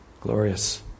Glorious